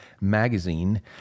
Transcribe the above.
magazine